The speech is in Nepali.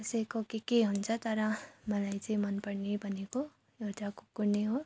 कसैको के के हुन्छ तर मलाई चाहिँ मनपर्ने भनेको एउटा कुकुर नै हो